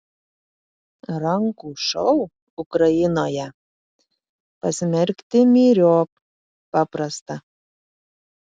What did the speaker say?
rankų šou ukrainoje pasmerkti myriop paprasta